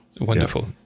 Wonderful